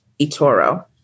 Itoro